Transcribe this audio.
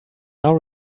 now